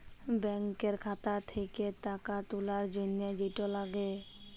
ব্যাংকের খাতা থ্যাকে টাকা তুলার জ্যনহে যেট লাগে